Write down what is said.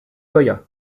goya